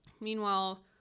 Meanwhile